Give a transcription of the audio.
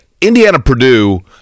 Indiana-Purdue